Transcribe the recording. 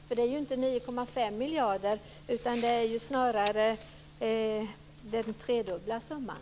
Det handlar ju inte om 9,5 miljarder utan snarare om den tredubbla summan.